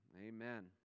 Amen